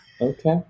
Okay